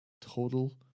total